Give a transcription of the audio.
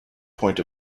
point